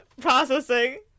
processing